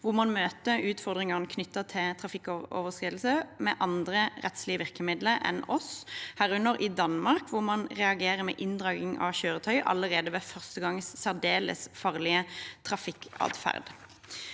der man møter utfordringene knyttet til trafikkoverskridelser med andre rettslige virkemidler enn oss – herunder i Danmark, der man reagerer med inndragning av kjøretøy allerede ved første gangs særdeles farlige trafikkatferd.